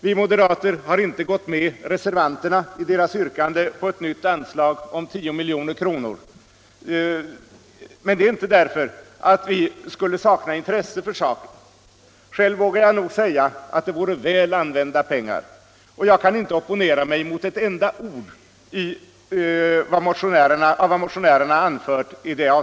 Vi moderater har inte gått med reservanterna i deras yrkande på ett nytt anslag om 10 milj.kr., men det är inte därför att vi skulle sakna intresse för frågan. Själv vågar jag nog säga att det vore väl använda pengar, och jag kan inte opponera mig mot ett enda ord av vad motionärerna i detta avseende anfört.